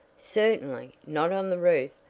certainly. not on the roof,